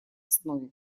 основе